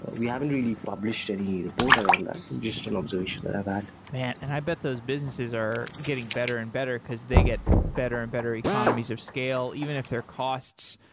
we haven't really published any report around just an observation that i've had. man, and i bet those businesses are getting better and better, because they get better and better economies of scale, even if their costs,